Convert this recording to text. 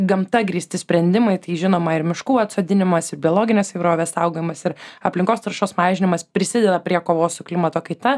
gamta grįsti sprendimai tai žinoma ir miškų atsodinimas ir biologinės įvairovės saugojimas ir aplinkos taršos mažinimas prisideda prie kovos su klimato kaita